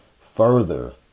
further